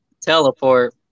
teleport